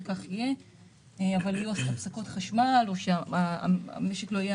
אבל יהיו הפסקות חשמל או שהמשק לא יהיה